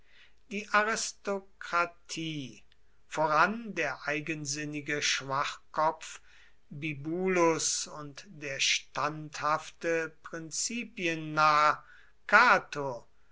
die aristokratie voran der eigensinnige schwachkopf bibulus und der standhafte prinzipiennarr cato